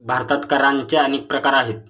भारतात करांचे अनेक प्रकार आहेत